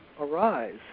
Arise